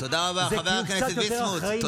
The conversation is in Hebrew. ותהיו קצת יותר אחראים מצידכם כאן.